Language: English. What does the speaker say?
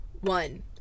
one